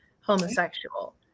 homosexual